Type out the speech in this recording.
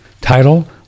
title